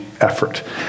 effort